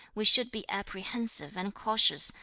we should be apprehensive and cautious,